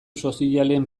sozialen